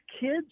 kids